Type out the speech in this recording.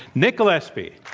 nick gillespie.